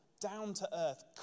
down-to-earth